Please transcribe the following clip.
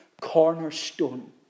cornerstone